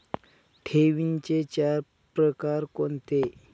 ठेवींचे चार प्रकार कोणते?